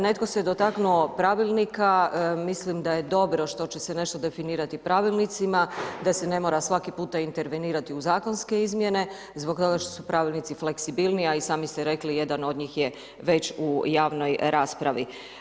Netko se dotaknuo pravilnika, mislim da je dobro što će se nešto definirati pravilnicima, da se ne mora svaki puta intervenirati u zakonske izmjene, zbog toga što su pravilnici fleksibilniji, a i sami ste rekli, jedan od njih je već u javnoj raspravi.